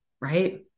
right